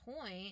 point